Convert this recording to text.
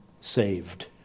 saved